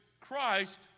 Christ